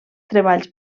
treballs